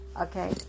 Okay